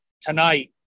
tonight